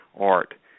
art